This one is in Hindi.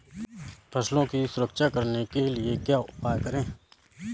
फसलों की सुरक्षा करने के लिए क्या उपाय करें?